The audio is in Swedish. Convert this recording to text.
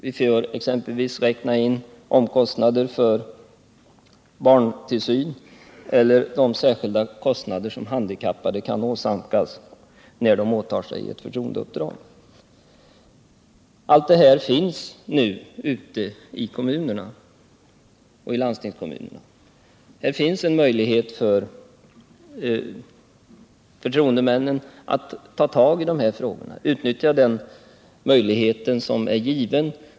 De får exempelvis räkna in omkostnader för barntillsyn eller de särskilda kostnader som handikappade kan åsamkas när de åtar sig ett förtroendeuppdrag. Allt det här tillämpas nu ute i kommunerna och i landstingskommunerna. Det finns en möjlighet för Nr 6 de förtroendevalda att ta tag i de här frågorna.